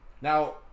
Now